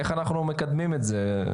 איך אנחנו מקדמים את זה, את הסיוע?